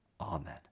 Amen